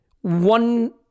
one